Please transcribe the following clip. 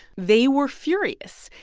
they were furious.